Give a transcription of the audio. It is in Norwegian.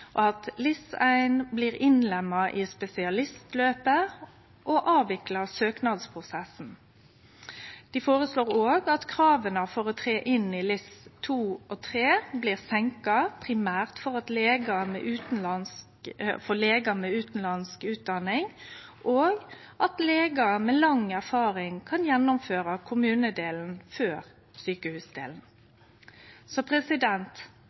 blir innlemma i spesialistløpet og ein avviklar søknadsprosessen krava for å tre inn i LIS2 og LIS3 blir senka, primært for legar med utanlandsk utdanning legar med lang erfaring kan gjennomføre kommunedelen før sjukehusdelen Eg ser difor fram til at regjeringa kjem med